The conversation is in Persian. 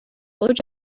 اوج